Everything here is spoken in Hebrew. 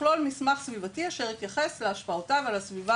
תכלול מסמך סביבתי אשר התייחס להשפעותיו על הסביבה